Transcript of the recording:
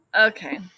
Okay